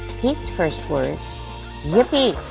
pete's first word yippee!